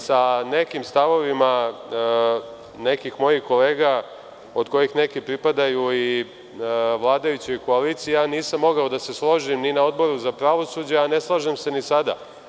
Sa nekim stavovima od nekih mojih kolega, od kojih neki pripadaju i vladajućoj koaliciji ja nisam mogao da se složim ni na Odboru za pravosuđe, a ne slažem se ni sada.